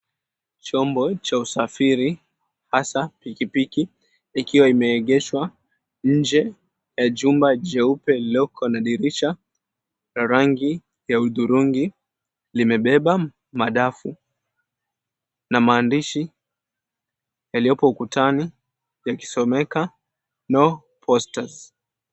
Chombo cha usafiri hasa pikipiki ikiwa imeegeshwa nje ya jumba jeupe lilioko na dirisha la rangi ya hudhurungi limebeba madafu na maandishi yaliyopo ukutani yakisomeka, No Posters.